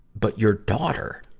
but your daughter.